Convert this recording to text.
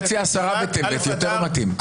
אני מציע עשרה בטבת, יותר מתאים.